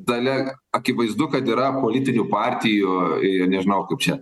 dalia akivaizdu kad yra politinių partijų i nežinau kaip čia